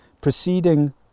proceeding